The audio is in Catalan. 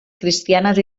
cristianes